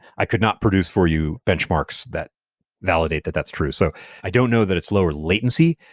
i could not produce for you benchmarks that validate that that's true. so i don't know that it's lower latency.